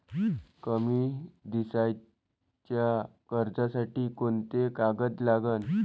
कमी दिसाच्या कर्जासाठी कोंते कागद लागन?